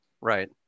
Right